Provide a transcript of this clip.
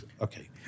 Okay